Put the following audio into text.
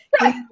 Right